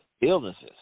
illnesses